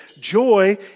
Joy